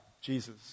Jesus